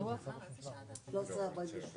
מחדש את הישיבה.